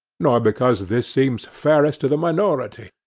nor because this seems fairest to the minority,